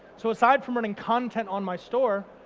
so aside from running content on my store,